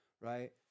right